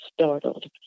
startled